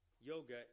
yoga